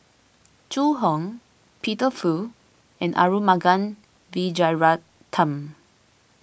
Zhu Hong Peter Fu and Arumugam Vijiaratnam